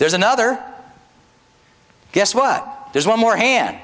there's another guess what there's one more hand